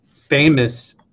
famous